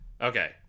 Okay